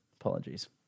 Apologies